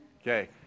Okay